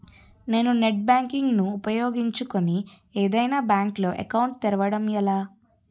నేను net banking ను ఉపయోగించుకుని ఏదైనా బ్యాంక్ లో అకౌంట్ తెరవడం ఎలా?